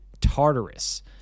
Tartarus